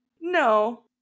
no